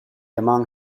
among